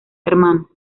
hermanos